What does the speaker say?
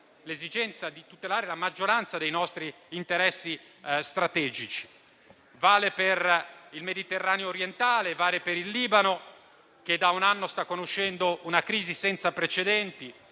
l'esigenza di tutelare la maggioranza dei nostri interessi strategici: vale per il Mediterraneo orientale e vale per il Libano, che da un anno sta conoscendo una crisi senza precedenti.